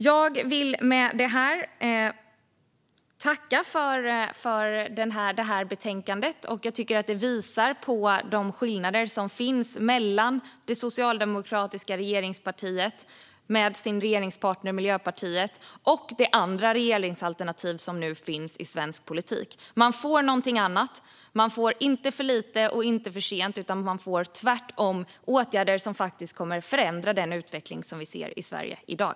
Jag vill med detta tacka för betänkandet, som jag tycker visar på de skillnader som finns mellan det socialdemokratiska regeringsalternativet med regeringspartnern Miljöpartiet och det andra regeringsalternativ som nu finns i svensk politik. Med det får man någonting annat. Man får inte för lite och inte för sent, utan man får tvärtom åtgärder som faktiskt kommer att förändra den utveckling som vi ser i Sverige i dag.